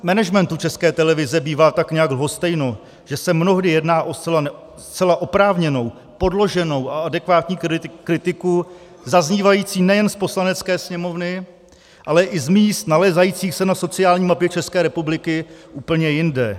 Managementu České televize bývá tak nějak lhostejno, že se mnohdy jedná o zcela oprávněnou, podloženou a adekvátní kritiku zaznívající nejen z Poslanecké sněmovny, ale i z míst nalézajících se na sociální mapě České republiky úplně jinde.